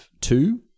two